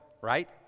right